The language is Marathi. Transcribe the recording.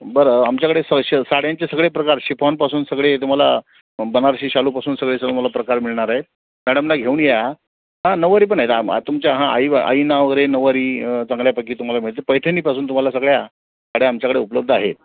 बरं आमच्याकडे स श साड्यांचे सगळे प्रकार शिफॉनपासून सगळे तुम्हाला बनारसी शालूपासून सगळे स् तुम्हाला प्रकार मिळणार आहे मॅडमना घेऊन या नऊवारी पण आहेत आम तुमच्या हा आईवा आईंना वगैरे नऊवारी चांगल्यापैकी तुम्हाला मिळते पैठणीपासून तुम्हाला सगळ्या साड्या आमच्याकडे उपलब्ध आहेत